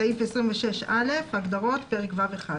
סעיף 26א הגדרות, פרק ו'1.